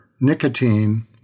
nicotine